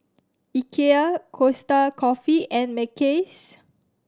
Ikea Costa Coffee and Mackays